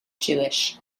jewish